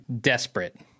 desperate